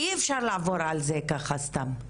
אי אפשר לעבור על זה ככה סתם.